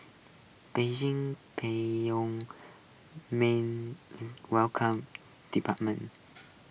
Beijing Pyongyang's main welcomed department